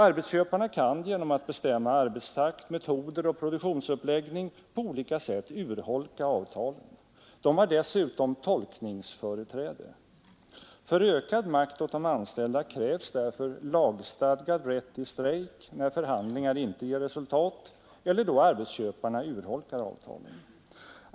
Arbetsköparna kan genom att bestämma arbetstakt, metoder och produktionsuppläggning på olika sätt urholka avtalen. De har dessutom tolkningsföreträde. För ökad makt åt de anställda krävs därför lagstadgad rätt till strejk när förhandlingar inte ger resultat eller då arbetsköparna urholkar avtalen.